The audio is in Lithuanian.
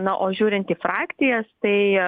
na o žiūrint į frakcijas tai